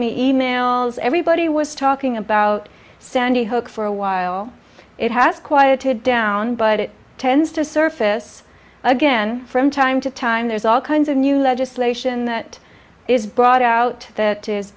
me e mails everybody was talking about sandy hook for a while it has quieted down but it tends to surface again from time to time there's all kinds of new legislation that is brought out that is